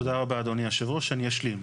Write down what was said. תודה רבה אדוני יושב הראש, אני אשלים.